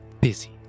busy